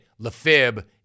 LaFib